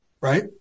right